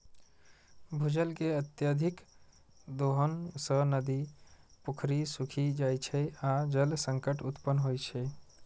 भूजल के अत्यधिक दोहन सं नदी, पोखरि सूखि जाइ छै आ जल संकट उत्पन्न होइ छै